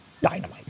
dynamite